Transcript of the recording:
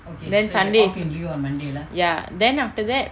then sunday is ya then after that